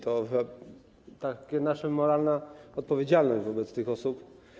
To taka nasza moralna odpowiedzialność wobec tych osób.